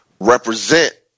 represent